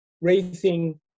raising